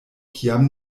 kiam